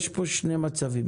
יש פה שני מצבים.